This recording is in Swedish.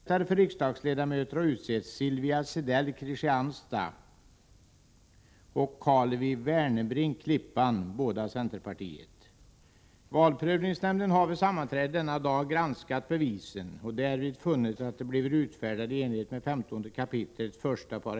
Tre löntagarfonder har gemensamt köpt 18 96 av aktierna och 23 90 av röstvärdet i armaturföretaget AB Fagerhults. Anledningen till att fonderna agerade gemensamt är att ingen fond enligt gällande bestämmelser får ha mer än 8 Jo av rösterna i ett företag. 1.